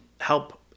help